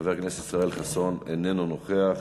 חבר הכנסת ישראל חסון איננו נוכח,